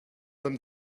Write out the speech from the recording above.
them